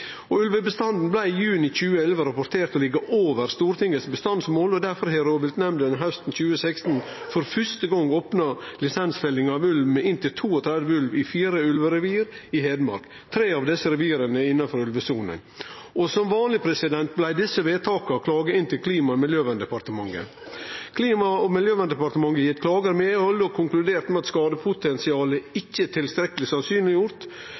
nådd. Ulvebestanden blei i juni 2011 rapportert å liggje over Stortingets bestandsmål, og difor har rovviltnemndene hausten 2016 for fyrste gong opna for lisensfelling av inntil 32 ulvar i fire ulverevir i Hedmark. Tre av desse revira er innanfor ulvesona. Som vanleg blei desse vedtaka klaga inn til Klima- og miljødepartementet. Klima- og miljødepartementet har gitt klagar medhald og konkludert med at skadepotensialet ikkje er